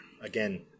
again